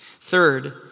Third